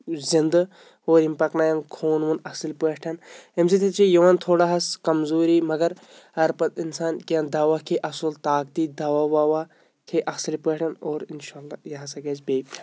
زِندٕ اور یِم پَکناون خوٗن ووٗن اَصٕل پٲٹھۍ اَمہِ سۭتۍ حظ چھَ یِوان تھوڑا حظ کمزوٗری مگر اگر پَتہٕ اِنسان کینٛہہ دوا کھے اَصٕل طاقتی دوا وَوا کھے اَصٕل پٲٹھۍ اور اِنشاء اللہ یہِ ہَسا گژھِ بیٚیہِ فٹ